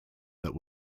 that